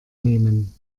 nehmen